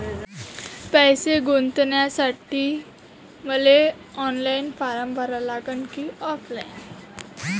पैसे गुंतन्यासाठी मले ऑनलाईन फारम भरा लागन की ऑफलाईन?